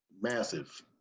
Massive